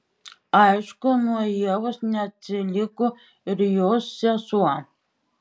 aišku nuo ievos neatsiliko ir jos sesuo